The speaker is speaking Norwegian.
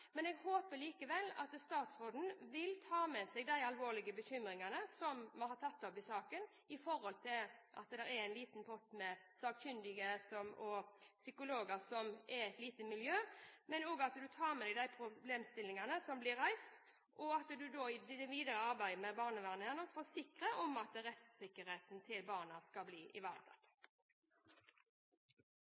men jeg håper at statsråden likevel vil ta med seg de alvorlige bekymringene som vi har tatt opp i saken om at det er en liten pott med sakkyndige og psykologer, som er et lite miljø, at han tar med seg de problemstillingene som blir reist, og at han i det videre arbeidet med barnevernet kan forsikre oss om at rettssikkerheten til barna skal bli ivaretatt.